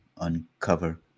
uncover